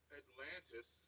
atlantis